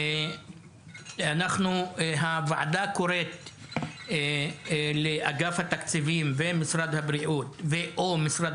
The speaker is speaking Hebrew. הוועדה קוראת לאגף התקציבים ו/או משרד